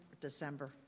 December